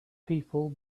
people